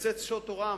ולקצץ שעות הוראה.